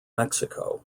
mexico